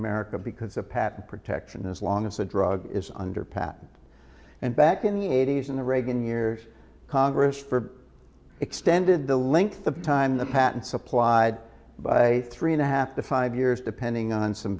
america because of patent protection as long as the drug is under patent and back in the eighty's in the reagan years congress for extended the length of time the patents applied by three and a half to five years depending on some